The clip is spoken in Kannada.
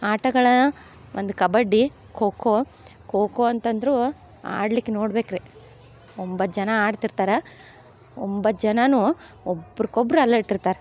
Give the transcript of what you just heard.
ಆಟಗಳು ಒಂದು ಕಬಡ್ಡಿ ಖೊ ಖೋ ಖೊ ಖೋ ಅಂತಂದರೂ ಆಡ್ಲಿಕ್ಕೆ ನೋಡ್ಬೇಕು ರೀ ಒಂಬತ್ತು ಜನ ಆಡ್ತಿರ್ತಾರೆ ಒಂಬತ್ತು ಜನವೂ ಒಬ್ರಿಕೊಬ್ರ್ ಅಲರ್ಟ್ ಇರ್ತಾರೆ